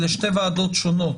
אלה שתי ועדות שונות.